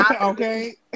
Okay